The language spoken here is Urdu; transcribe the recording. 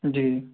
جی